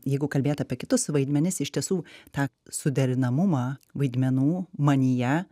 jeigu kalbėt apie kitus vaidmenis iš tiesų tą suderinamumą vaidmenų manyje